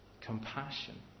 compassion